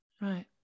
Right